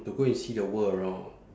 you go and see the world around